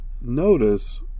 notice